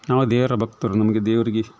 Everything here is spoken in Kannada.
ನಾವು ದೇವರ ಭಕ್ತರು ನಮಗೆ ದೇವರಿಗೆ